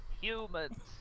humans